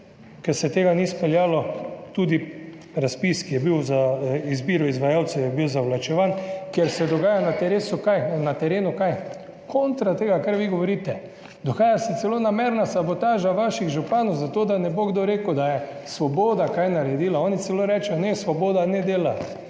ker se tega ni speljalo. Tudi razpis, ki je bil za izbiro izvajalcev, je bil zavlačevan. Ker se dogaja na terenu kontra tega, kar vi govorite, dogaja se celo namerna sabotaža vaših županov zato, da ne bo kdo rekel, da je Svoboda kaj naredila, oni celo rečejo, da Svoboda ne dela.